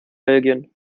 belgien